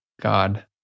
God